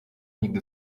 nigdy